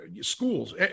Schools